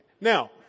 Now